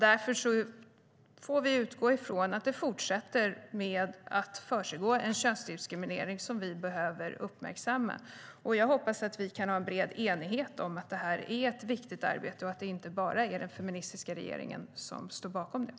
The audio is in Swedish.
Därför får vi utgå från att det fortfarande försiggår en könsdiskriminering som vi behöver uppmärksamma.